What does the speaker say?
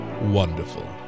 Wonderful